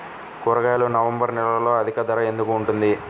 కూరగాయలు నవంబర్ నెలలో అధిక ధర ఎందుకు ఉంటుంది?